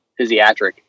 physiatric